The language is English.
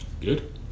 good